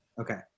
Okay